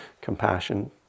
Compassion